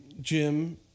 Jim